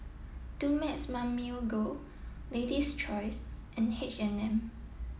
Dumex Mamil Gold lady's choice and H and M